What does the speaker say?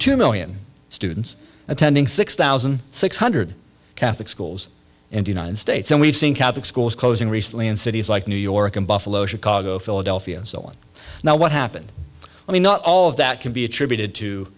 two million students attending six thousand six hundred catholic schools and united states and we've seen catholic schools closing recently in cities like new york in buffalo chicago philadelphia and so on now what happened i mean not all of that can be attributed to